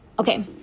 Okay